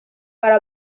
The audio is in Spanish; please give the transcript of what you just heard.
para